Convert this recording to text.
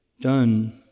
done